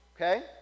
okay